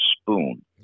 spoon